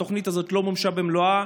שהתוכנית הזאת לא מומשה במלואה.